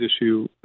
issue